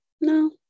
no